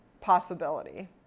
possibility